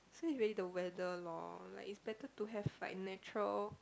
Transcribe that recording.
so it's really the weather loh like it's better to have like natural